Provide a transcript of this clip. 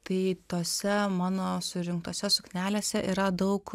tai tose mano surinktose suknelėse yra daug